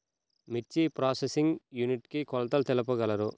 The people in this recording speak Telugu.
మిర్చి ప్రోసెసింగ్ యూనిట్ కి కొలతలు తెలుపగలరు?